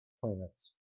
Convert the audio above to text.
Planets